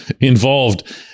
involved